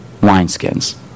wineskins